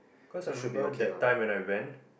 cause I remember that time when I went